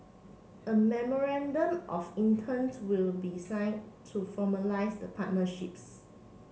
a memorandum of intents will be signed to formalise the partnerships